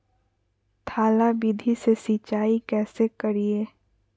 थाला विधि से सिंचाई कैसे करीये?